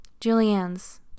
Julianne's